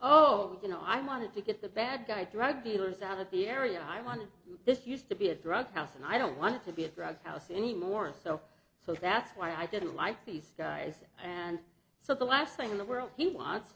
oh you know i wanted to get the bad guy drug dealers out of the area i wanted this used to be a drug house and i don't want to be a drug house anymore so so that's why i didn't like these guys and so the last thing in the world he wants